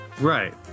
Right